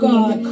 God